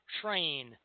Train